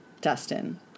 Dustin